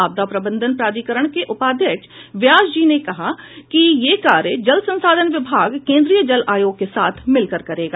आपदा प्रबंधन प्राधिकरण के उपाध्यक्ष व्यासजी ने कहा कि यह कार्य जल संसाधन विभाग केन्द्रीय जल आयोग के साथ मिलकर करेगा